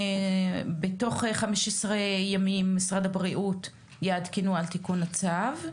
בתוך חמישה עשר יום משרד הבריאות יעדכנו על תיקון הצו.